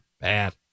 Bad